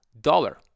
dollar